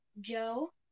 Joe